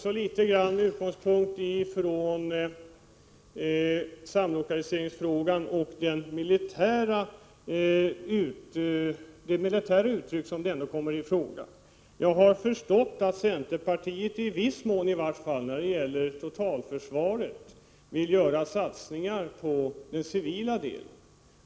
Även här utgår man väl i viss mån från samlokaliseringen med det militära. Jag har förstått att centerpartiet, i varje falli viss mån, när det gäller totalförsvaret vill satsa på den civila delen.